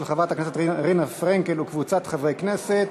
חברת הכנסת רינה פרנקל וקבוצת חברי הכנסת,